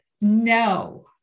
no